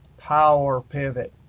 powerpivot,